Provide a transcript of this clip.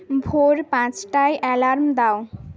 ভোর পাঁচটায় অ্যালার্ম দাও